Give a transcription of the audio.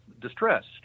distressed